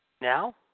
Now